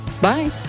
Bye